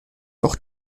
doch